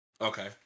Okay